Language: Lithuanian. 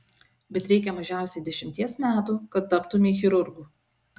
bet reikia mažiausiai dešimties metų kad taptumei chirurgu